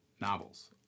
novels